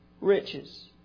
riches